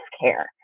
care